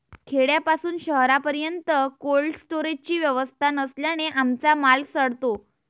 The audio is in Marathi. खेड्यापासून शहरापर्यंत कोल्ड स्टोरेजची व्यवस्था नसल्याने आमचा माल सडतो